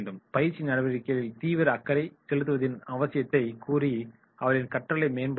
பயிற்சி நடவடிக்கைகளில் தீவிர அக்கறை செலுத்துவதின் அவசியத்தை கூறி அவர்களின் கற்றலை மேம்படுத்துங்கள்